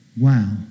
wow